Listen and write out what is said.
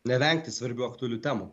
nevengti svarbių aktualių temų